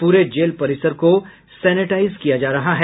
पूरे जेल परिसर को सेनेटाईज किया जा रहा है